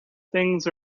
things